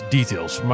Details